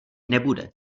nebude